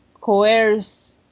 coerce